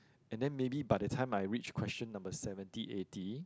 and then maybe by the time I reach question number seventy eighty